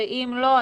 ואם לא,